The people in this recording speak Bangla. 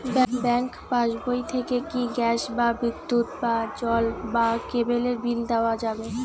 ব্যাঙ্ক পাশবই থেকে কি গ্যাস বা বিদ্যুৎ বা জল বা কেবেলর বিল দেওয়া যাবে?